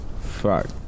Fuck